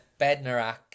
Bednarak